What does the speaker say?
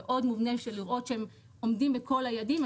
מובנה של לראות שהם עומדים בכל היעדים.